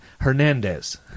Hernandez